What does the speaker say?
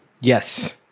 Yes